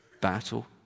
battle